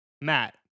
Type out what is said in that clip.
Matt